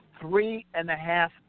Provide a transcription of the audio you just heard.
three-and-a-half